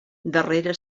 darrere